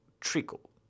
treacle